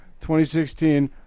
2016